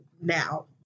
now